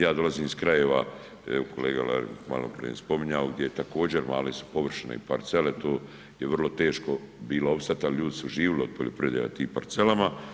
Ja dolazim iz krajeva, evo kolega je maloprije spominjao, gdje također male su površine i parcele, tu je vrlo teško bilo opstat, al ljudi su živjeli od poljoprivrede na tim parcelama.